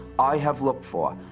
i have looked for,